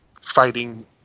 fighting